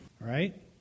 right